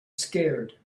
scared